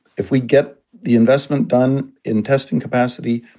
if we get the investment done in testing capacity,